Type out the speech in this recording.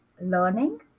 learning